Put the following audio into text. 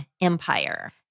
empire